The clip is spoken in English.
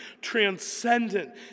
transcendent